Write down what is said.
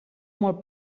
molt